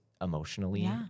emotionally